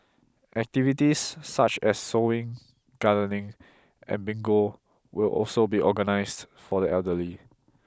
activities such as sewing gardening and bingo will also be organised for the elderly